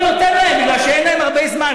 אני נותן להם בגלל שאין להם הרבה זמן,